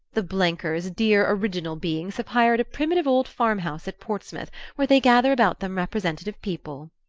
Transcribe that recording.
the blenkers, dear original beings, have hired a primitive old farm-house at portsmouth where they gather about them representative people.